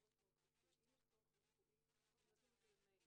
ציבור בבקשת עזרה לגבי חולי המופיליה